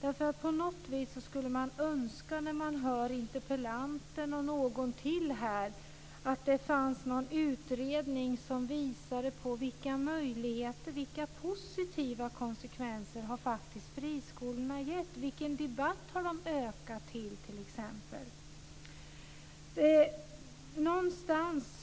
Man skulle önska, när man hör interpellanten och någon till här, att det fanns någon utredning som visade på vilka möjligheter, vilka positiva konsekvenser, som friskolorna har gett. Vilken debatt har de t.ex. lett till?